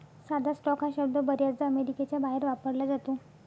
साधा स्टॉक हा शब्द बर्याचदा अमेरिकेच्या बाहेर वापरला जातो